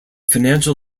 financial